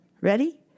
Ready